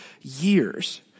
years